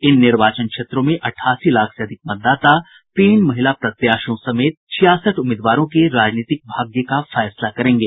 इन निर्वाचन क्षेत्रों में अठासी लाख से अधिक मतदाता तीन महिला प्रत्याशियों समेत छियासठ उम्मीदवारों के राजनीतिक भाग्य का फैसला करेंगे